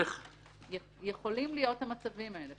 יכולים להיות המצבים האלה.